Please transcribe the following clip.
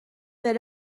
that